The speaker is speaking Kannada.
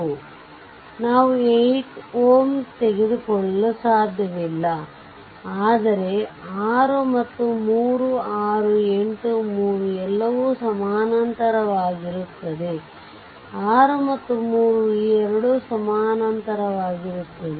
ಆದ್ದರಿಂದ ನಾವು 8Ω ತೆಗೆದುಹಾಕಲು ಸಾಧ್ಯವಿಲ್ಲ ಆದರೆ 6 ಮತ್ತು 3 6 8 3 ಎಲ್ಲವೂ ಸಮಾನಾಂತರವಾಗಿರುತ್ತವೆ ಆದರೆ 6 ಮತ್ತು 3 ಈ ಎರಡು ಸಮಾನಾಂತರವಾಗಿರುತ್ತವೆ